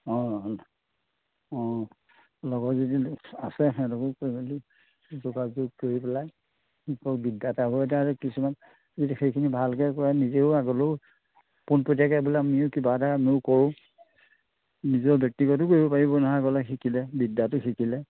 অঁ অঁ অঁ লগৰ যদি আছে সিহঁতকো কৈ মেলি যোগাযোগ কৰি পেলাই এতিয়া সেইখিনি ভালকৈ কৰে নিজেও আগলৈও পোণপটীয়াকৈ বোলে আমিও কিবা এটা মই কৰোঁ নিজৰ ব্যক্তিগতেও কৰিব পাৰিব কিবা এটা শিকিলৈ বিদ্যাটো শিকিলে